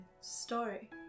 story